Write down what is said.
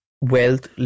wealth